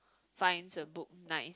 find a book nice